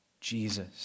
Jesus